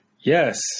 Yes